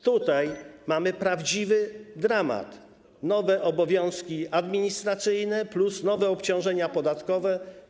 Tutaj mamy prawdziwy dramat - nowe obowiązki administracyjne plus nowe obciążenia podatkowe.